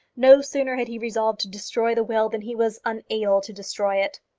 no sooner had he resolved to destroy the will than he was unable to destroy it.